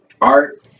art